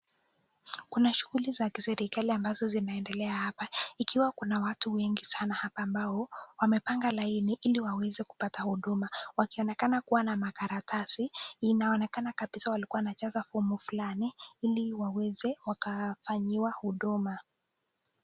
Kuna shuguli za kiserikali ambazo zinaendelea hapa ikiwa kuna watu wengi sana hapa ambao wamepanga laini ili waweze kupata huduma wakionekana kuwa na makaratasi inaonekana kabisa walikuwa wanajaza fomu fulani ili waweze wakafanyiwa huduma.